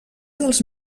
dels